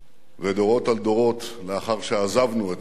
ודורות על דורות לאחר שעזבנו את הארץ